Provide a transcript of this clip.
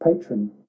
patron